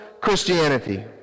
Christianity